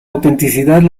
autenticidad